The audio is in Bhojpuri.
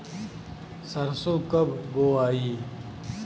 सरसो कब बोआई?